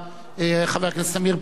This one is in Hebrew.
חבר הכנסת עמיר פרץ.